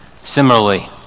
similarly